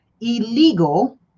illegal